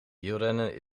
wielrennen